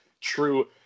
true